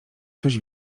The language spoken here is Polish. coś